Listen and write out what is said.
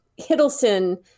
Hiddleston